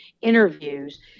interviews